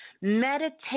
meditate